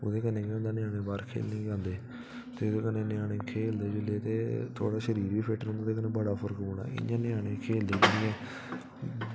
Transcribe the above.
ओह्दे कन्नै केह् होंदा ञ्यानें बाह्र खेल्लने गी जंदे ते अगर ञ्यानें खेल्लदे जुल्ले ते थोह्ड़ा शरीर वी फिट रोह्नदा ते उंदे नै बड़ा फर्क पौना इ'यां ञ्यानें खेलदे निं हैन